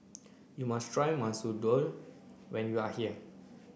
you must try Masoor Dal when you are here